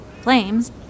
flames